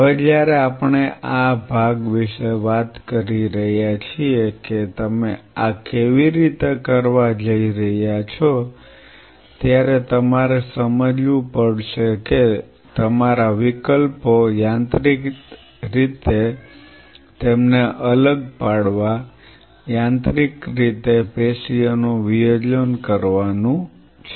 હવે જ્યારે આપણે આ ભાગ વિશે વાત કરી રહ્યા છીએ કે તમે આ કેવી રીતે કરવા જઇ રહ્યા છો ત્યારે તમારે સમજવું પડશે કે તમારા વિકલ્પો યાંત્રિક રીતે તેમને અલગ પાડવા યાંત્રિક રીતે પેશીઓનું વિયોજન કરવાનું છે